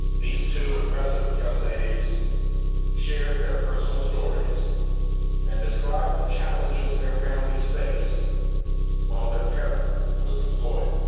these two impressive young ladies shared their personal stories and described the challenges their families faced while their parent was deployed.